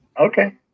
okay